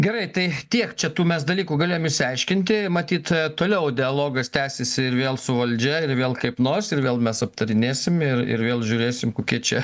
gerai tai tiek čia tų mes dalykų galėjom išsiaiškinti matyt toliau dialogas tęsis ir vėl su valdžia ir vėl kaip nors ir vėl mes aptarinėsim ir ir vėl žiūrėsim kokie čia